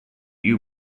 you